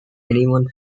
anyone